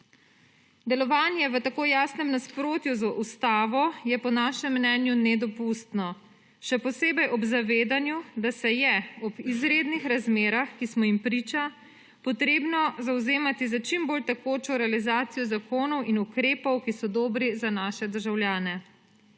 Delovanje v tako jasnem nasprotju z ustavo je po našem mnenju nedopustno, še posebej ob zavedanju, da se je ob izrednih razmerah, ki smo jim priča, treba zavzemati za čim bolj tekočo realizacijo zakonov in ukrepov, ki so dobri za naše državljane.